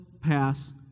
pass